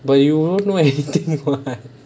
but you won't know anything [what]